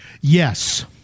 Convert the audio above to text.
Yes